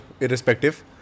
irrespective